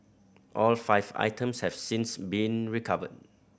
all five items have since been recovered